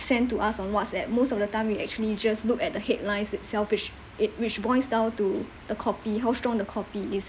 send to us on WhatsApp most of the time we actually just look at the headlines itself which it which boils down to the copy how strong the copy is